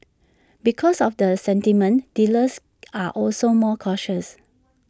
because of the sentiment dealers are also more cautious